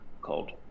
called